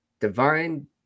Divine